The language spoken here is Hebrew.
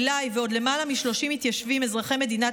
עילי ועוד למעלה מ-30 מתיישבים אזרחי מדינת